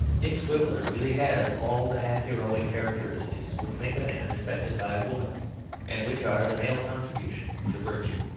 dick swiveller really has all the half-heroic characteristics which make a man respected by a woman and which are the male contribution to virtue.